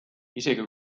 isegi